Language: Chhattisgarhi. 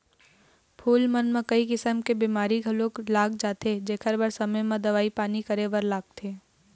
फूल मन म कइ किसम के बेमारी घलोक लाग जाथे जेखर बर समे म दवई पानी करे बर लागथे